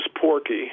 Porky